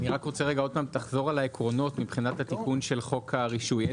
אני רוצה שתחזור על העקרונות מבחינת התיקון של חוק הרישוי.